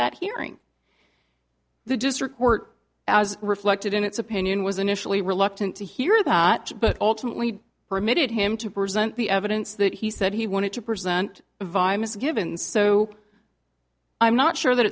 that hearing the district court as reflected in its opinion was initially reluctant to hear that but ultimately permitted him to present the evidence that he said he wanted to present a virus given so i'm not sure that